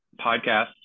podcast